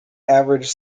average